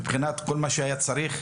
מבחינת כל מה שהיה צריך,